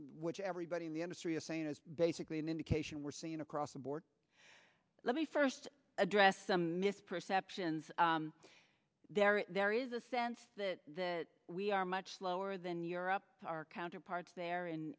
which everybody in the industry is saying is basically an indication we're seeing across the board let me first address some misperceptions there there is a sense that we are much slower than europe our counterparts there in